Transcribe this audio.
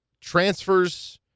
transfers